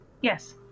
Yes